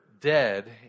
dead